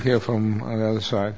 hear from the other side